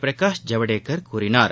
பிரகாஷ் ஜவ்டேகர் கூறினார்